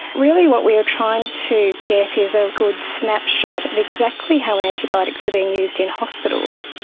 really what we are trying to get is a good snapshot of exactly how antibiotics are being used in hospitals.